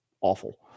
awful